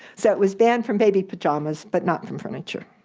so it was banned from baby pajamas, but not from furniture.